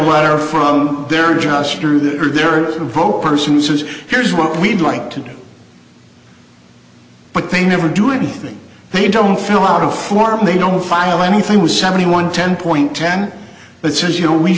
letter from their jobs through their vocal person says here's what we'd like to do but they never do anything they don't fill out a form they don't file anything with seventy one ten point ten but since you know we